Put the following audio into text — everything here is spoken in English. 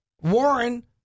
Warren